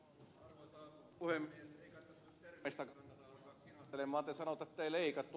te sanotte että ei leikattu